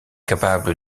capable